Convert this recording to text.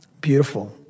Beautiful